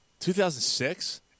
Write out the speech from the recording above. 2006